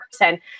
person